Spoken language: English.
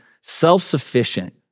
self-sufficient